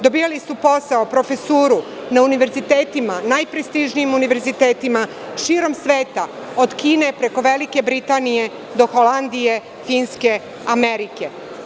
Dobijali su posao, profesuru na najprestižnijim univerzitetima širom sveta, od Kine, preko Velike Britanije, do Holandije, Finske, Amerike.